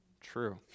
True